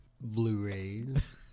Blu-rays